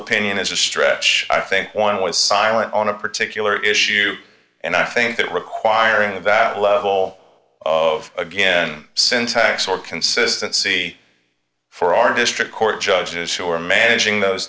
opinion is a stretch i think one was silent on a particular issue and i think that requiring that level of again syntax or consistency for our district court judges who are managing those